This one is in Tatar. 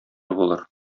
булыр